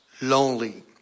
lonely